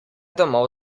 domov